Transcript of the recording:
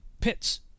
pits